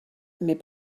mais